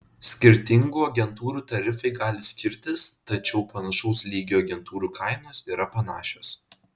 skirtingų agentūrų tarifai gali skirtis tačiau panašaus lygio agentūrų kainos yra panašios